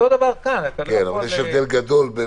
אבל יש הבדל גדול,